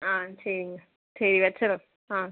ஆ சரிங்க சரி வச்சுறேன் ஆ